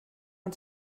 man